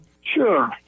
Sure